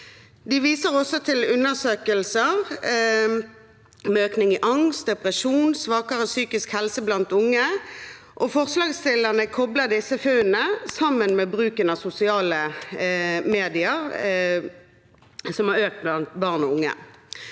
De viser også til undersøkelser om økning i angst og depresjon og svakere psykisk helse blant unge. Forslagsstillerne kobler disse funnene sammen med bruken av sosiale medier, som har økt blant barn og unge.